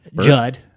Judd